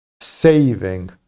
saving